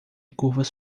curvas